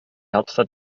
hauptstadt